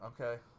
Okay